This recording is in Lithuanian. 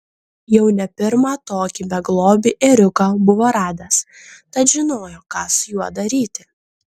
jau ne pirmą tokį beglobį ėriuką buvo radęs tad žinojo ką su juo daryti